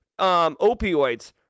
opioids